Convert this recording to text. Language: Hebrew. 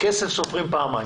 כסף סופרים פעמיים.